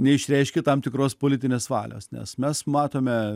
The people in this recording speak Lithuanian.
neišreiškė tam tikros politinės valios nes mes matome